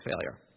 failure